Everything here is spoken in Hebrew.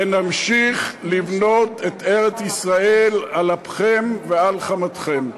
ונמשיך לבנות את ארץ-ישראל, על אפכם ועל חמתכם.